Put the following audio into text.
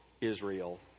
Israel